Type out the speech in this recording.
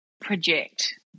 project